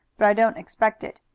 but i don't expect it.